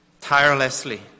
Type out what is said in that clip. tirelessly